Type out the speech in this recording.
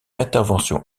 intervention